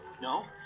No